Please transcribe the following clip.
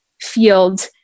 field